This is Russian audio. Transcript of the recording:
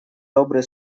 добрые